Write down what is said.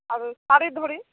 ଆଉ ଶାଢ଼ୀ ଧଡ଼ି